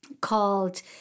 called